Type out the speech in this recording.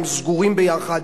הם סגורים יחד,